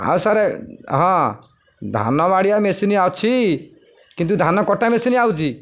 ଆଉ ସାର୍ ହଁ ଧାନ ବାଡ଼ିଆ ମେସିନ୍ ଅଛି କିନ୍ତୁ ଧାନ କଟା ମେସିନ୍ ଆସୁଛି